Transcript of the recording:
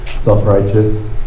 Self-righteous